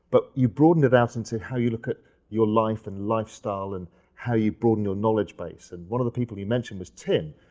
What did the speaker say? but you broadened it out and said how you look at your life and lifestyle and how you broaden your knowledge base. and one of the people you mentioned was tim,